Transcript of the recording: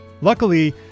Luckily